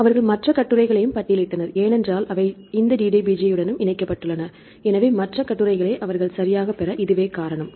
அவர்கள் மற்ற கட்டுரைகளையும் பட்டியலிட்டனர் ஏனென்றால் அவை இந்த DDBJயுடனும் இணைக்கப்பட்டுள்ளன எனவே மற்ற கட்டுரைகளை அவர்கள் சரியாகப் பெற இதுவே காரணம்